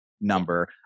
number